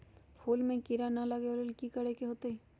फूल में किरा ना लगे ओ लेल कि करे के होतई?